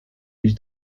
iść